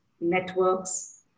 networks